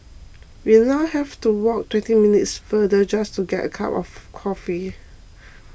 we now have to walk twenty minutes farther just to get a cup of coffee